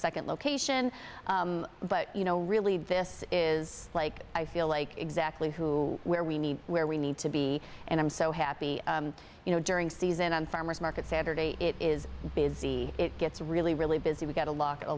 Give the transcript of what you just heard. second location but you know really this is like i feel like exactly who where we need where we need to be and i'm so happy you know during season on farmer's market saturday it is busy it gets really really busy we got a lo